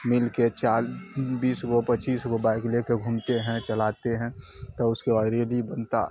مل کے چال بیس گو پچیس گو بائک لے کے گھومتے ہیں چلاتے ہیں تو اس کے بعد ریلی بنتا